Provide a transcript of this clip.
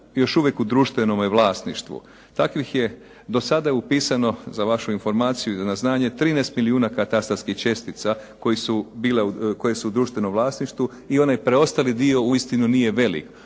još uvijek u društvenome vlasništvu. Takvih je dosada upisano za vašu informaciju i na znanje 13 milijuna katastarskih čestica koje su u društvenom vlasništvu i onaj preostali dio uistinu nije velik.